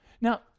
Now